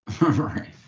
right